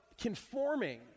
conforming